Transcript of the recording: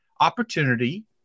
Opportunity